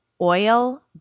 oil